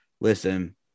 Listen